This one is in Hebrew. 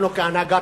לא נכון.